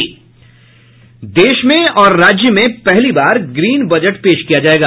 देश में और राज्य में पहली बार ग्रीन बजट पेश किया जायेगा